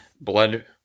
blood